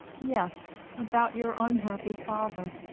yes, about your unhappy father.